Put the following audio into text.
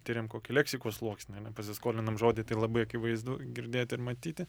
tiriam kokį leksikos sluoksnį ane pasiskolinam žodį tai labai akivaizdu girdėti ir matyti